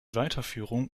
weiterführung